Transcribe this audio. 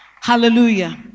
Hallelujah